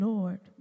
Lord